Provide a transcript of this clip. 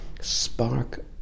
spark